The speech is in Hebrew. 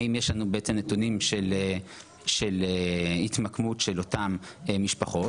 האם יש לנו נתונים של התמקמות של אותן משפחות,